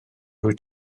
wyt